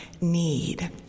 need